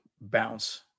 bounce